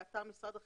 באתר משרד החינוך,